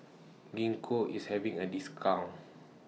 Gingko IS having A discount